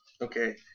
Okay